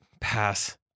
pass